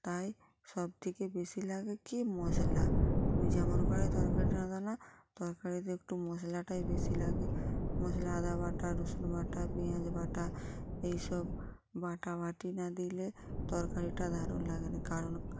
তাই সবথেকে বেশি লাগে কী মশলা যেমন করে তরকারি রাঁধা হয় তরকারিতে একটু মশলাটাই বেশি লাগে মশলা আদা বাটা রসুন বাটা পেঁয়াজ বাটা এইসব বাটাবাটি না দিলে তরকারিটা দারুণ লাগে না কারণ